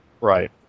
right